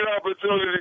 opportunity